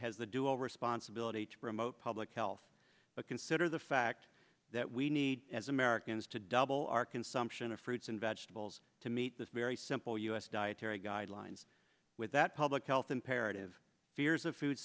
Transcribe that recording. has the dual responsibility to promote public health but consider the fact that we need as americans to double our consumption of fruits and vegetables to meet this very simple u s dietary guidelines with that public health imperative fears of food